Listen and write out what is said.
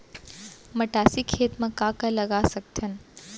मटासी खेत म का का लगा सकथन?